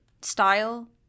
style